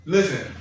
Listen